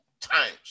times